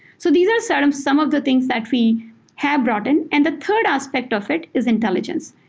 so these are sort of some of the things that we have brought in. and the third aspect of it is intelligence.